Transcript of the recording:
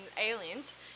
Aliens